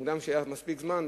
שאם לאדם יש מספיק זמן,